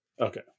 Okay